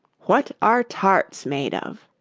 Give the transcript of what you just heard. what are tarts made of